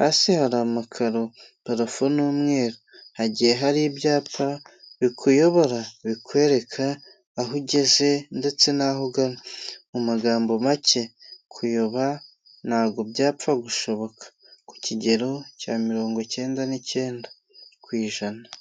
hasi hari amakaro, parafo n'umweru hagiye hari ibyapa bikuyobora bikwereka aho ugeze ndetse naho ugana mu magambo make kuyoba ntabwo byapfa gushoboka kuki kigero cya mirongo icyenda n'icyenda ku ijana.